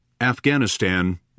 Afghanistan